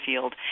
field